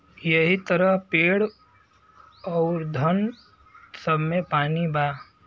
यहि तरह पेड़, पउधन सब मे पानी बा